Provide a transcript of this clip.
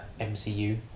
MCU